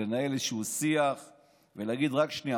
לנהל איזשהו שיח ולהגיד: רק שנייה,